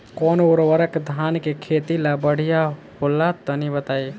कौन उर्वरक धान के खेती ला बढ़िया होला तनी बताई?